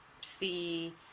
see